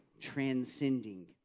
transcending